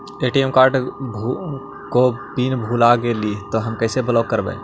ATM card को pin number भुला गैले तौ हम कैसे ब्लॉक करवै?